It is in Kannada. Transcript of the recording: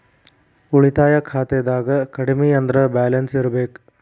ಉಳಿತಾಯ ಖಾತೆದಾಗ ಕಡಮಿ ಅಂದ್ರ ಬ್ಯಾಲೆನ್ಸ್ ಇರ್ಬೆಕ್